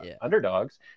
underdogs